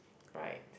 right